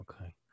Okay